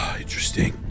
interesting